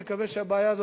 מקווה שהבעיה הזאת,